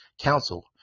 council